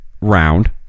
round